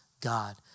God